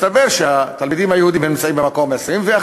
מסתבר שהתלמידים היהודים נמצאים במקום ה-21,